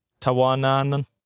Tawanan